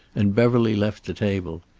and beverly left the table.